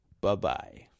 Bye-bye